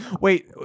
Wait